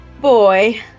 Boy